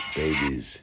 babies